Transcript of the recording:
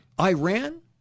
Iran